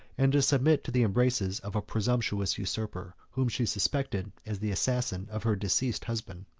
and to submit to the embraces of a presumptuous usurper, whom she suspected as the assassin of her deceased husband.